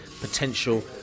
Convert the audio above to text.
potential